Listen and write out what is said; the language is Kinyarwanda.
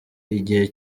igihe